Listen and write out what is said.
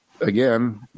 Again